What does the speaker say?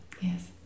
Yes